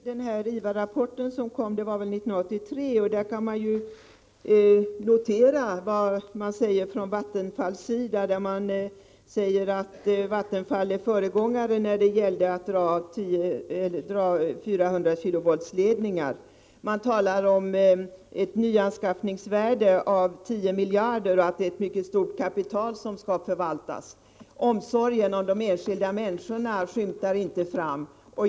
Herr talman! Jag har studerat IVA-rapporten från 1983. Man kan konstatera att Vattenfall där beskrivs som föregångare när det gäller byggande av 400 kV-ledningar. Vidare skriver man att det rör sig om ett nyanskaffningsvärde på 10 miljarder och att det är ett mycket stort kapital som skall förvaltas. Omsorgen om de enskilda människorna skymtar inte fram.